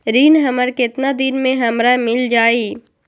ऋण हमर केतना दिन मे हमरा मील जाई?